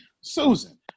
Susan